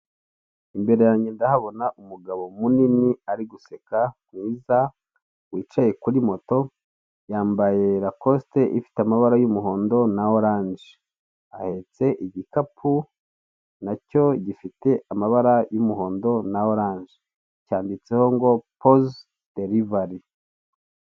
Imbere yanjye ndahabona umugabo munini ari guseka mwiza wicaye kuri moto, yambaye rakosite ifite amabara y'umuhondo na oranje, ahetse igikapu na cyo gifite amabara y'umuhondo na oranje cyanditseho ngo poze derivari.